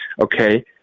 Okay